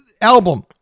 album